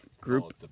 group